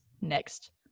next